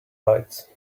right